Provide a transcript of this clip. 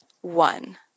One